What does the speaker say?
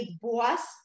boss